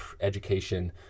education